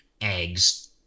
eggs